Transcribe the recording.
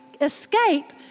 escape